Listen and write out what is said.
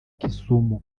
kisumu